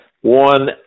one